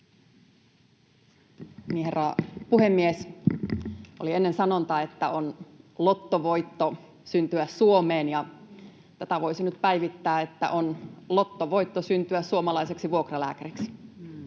puhemies! Ennen oli sanonta, että on lottovoitto syntyä Suomeen, ja tätä voisi nyt päivittää, että on lottovoitto syntyä suomalaiseksi vuokralääkäriksi.